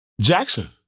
Jackson